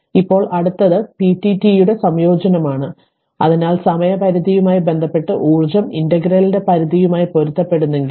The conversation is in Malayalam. അതിനാൽ ഇപ്പോൾ അടുത്തത് പിഡിടിയുടെ സംയോജനമാണ് അതിനാൽ സമയ പരിധിയുമായി ബന്ധപ്പെട്ട ഊർജ്ജം ഇന്റഗ്രലിന്റെ പരിധിയുമായി പൊരുത്തപ്പെടുന്നെങ്കിൽ